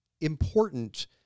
important